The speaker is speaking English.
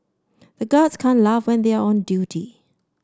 the guards can't laugh when they are on duty